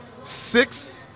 Six